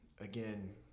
again